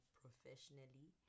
professionally